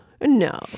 No